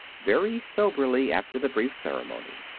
very soberly after the brief ceremony.